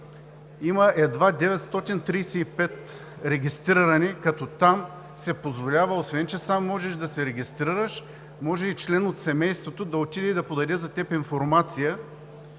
има едва 935 регистрирани. Там се позволява, освен че сам можеш да се регистрираш, може и член на семейството да отиде и да подаде за теб информация,